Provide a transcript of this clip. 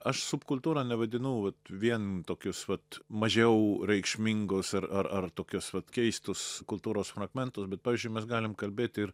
aš subkultūra nevadinu vat vien tokius vat mažiau reikšmingus ir ar ar tokius vat keistus kultūros fragmentus betpavyzdžiui mes galim kalbėti ir